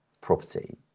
property